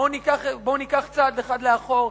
בואו ניקח צעד אחד לאחור,